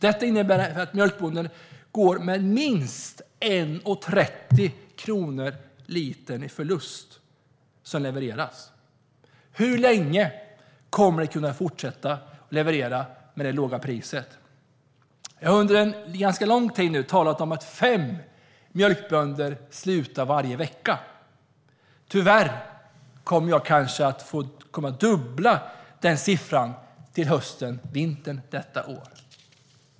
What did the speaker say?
Det innebär att en mjölkbonde går med minst 1,30 kronor per liter mjölk som levereras i förlust. Hur länge kommer mjölkbönderna att kunna fortsätta att leverera till det låga priset? Vi har under en ganska lång tid talat om att fem mjölkbönder slutar varje vecka. Tyvärr kommer man kanske att behöva dubbla den siffran till hösten och vintern under detta år.